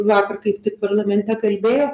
vakar kaip tik parlamente kalbėjo